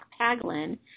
Paglin